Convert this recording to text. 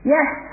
Yes